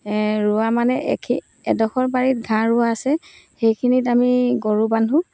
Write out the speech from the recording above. ৰোৱা মানে এডোখৰ বাৰীত ঘাঁহ ৰোৱা আছে সেইখিনিত আমি গৰু বান্ধো